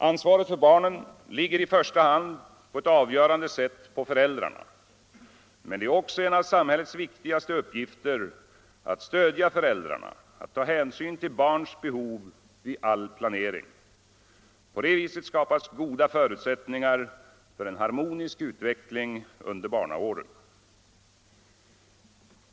Ansvaret för barnen ligger i första hand och på ett avgörande sätt på föräldrarna, men det är också en av samhällets viktigaste uppgifter att stödja föräldrarna och ta hänsyn till barns behov vid all planering. På det viset skapas goda förutsättningar för en harmonisk utveckling under barnaåren.